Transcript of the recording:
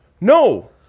No